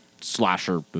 slasher